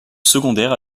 secondaire